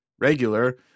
Regular